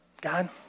God